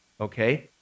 Okay